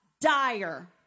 dire